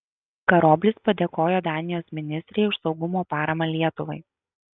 karoblis padėkojo danijos ministrei už saugumo paramą lietuvai